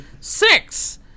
six